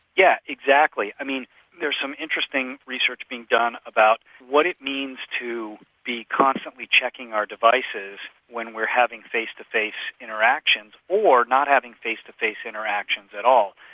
yeah exactly. i mean there's some interesting research being done about what it means to be constantly checking our devices when we're having face-to-face interactions, or not having face-to-face interactions at all.